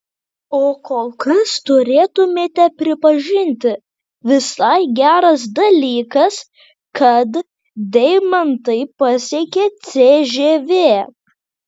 o kol kas turėtumėte pripažinti visai geras dalykas kad deimantai pasiekė cžv